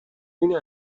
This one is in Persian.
این